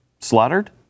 slaughtered